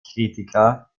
kritiker